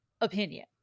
opinion